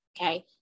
Okay